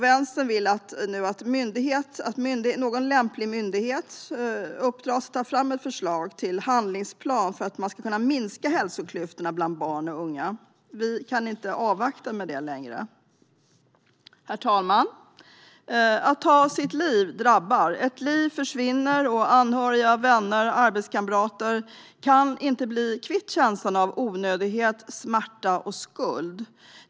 Vänstern vill att lämplig myndighet uppdras att ta fram ett förslag till en handlingsplan för att minska hälsoklyftorna bland barn och unga. Vi kan inte längre avvakta med det. Herr talman! Att ta sitt liv drabbar. Ett liv försvinner, och anhöriga, vänner och arbetskamrater kan inte bli kvitt känslan av onödighet, smärta och skuld.